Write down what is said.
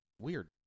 weird